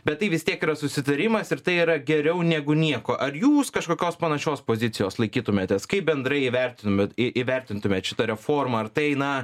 bet tai vis tiek yra susitarimas ir tai yra geriau negu nieko ar jūs kažkokios panašios pozicijos laikytumėtės kaip bendrai įvertinumėt į įvertintumėt šitą reformą ar tai na